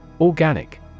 Organic